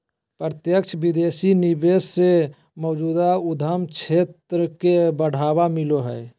प्रत्यक्ष विदेशी निवेश से मौजूदा उद्यम क्षेत्र के बढ़ावा मिलो हय